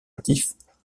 administratif